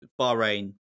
Bahrain